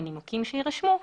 מנימוקים שיירשמו,